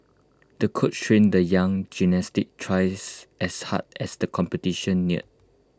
the coach trained the young gymnast twice as hard as the competition neared